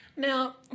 Now